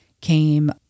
came